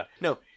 No